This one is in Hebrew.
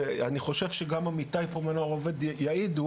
אני חושב שגם עמיתיי פה מהנוער העובד יעידו